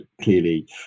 clearly